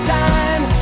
time